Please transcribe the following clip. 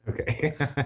okay